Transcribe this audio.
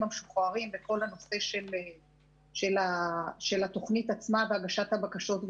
המשוחררים בנושא התוכנית עצמה והגשת הבקשות,